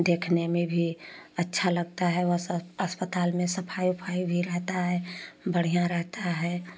देखने में भी अच्छा लगता है वो सब अस्पताल में सफाई उफाई भी रहता है बढ़िया रहता है